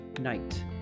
night